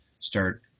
start